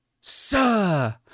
sir